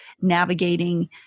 navigating